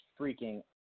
freaking